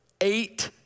Eight